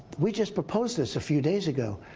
we just proposed this a few days ago.